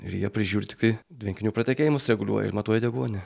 ir jie prižiūri tiktai tvenkinių pratekėjimus reguliuojair matuoja deguonį